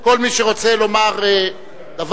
כל מי שרוצה לומר דבר,